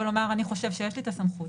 וזה לאחר שגם שוחחנו איתו והסברנו שאין הכרזה,